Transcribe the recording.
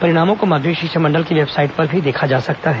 परिणामों को माध्यमिक शिक्षा मंडल की वेबसाइट पर भी देखा जा सकता है